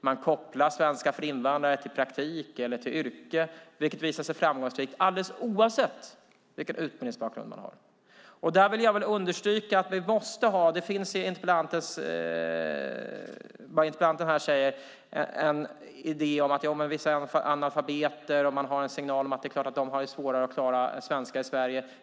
Man kopplar svenska för invandrare till praktik eller till yrke, vilket visat sig vara framgångsrikt, alldeles oavsett vilken utbildningsbakgrund personen i fråga har. Det finns i det som interpellanten säger en idé om att då vissa är analfabeter är det en signal om att de naturligtvis har svårare att klara svenska i Sverige.